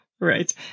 Right